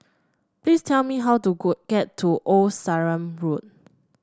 please tell me how to get to Old Sarum Road